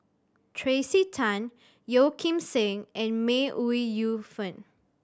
Tracey Tan Yeo Kim Seng and May Ooi Yu Fen